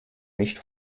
nicht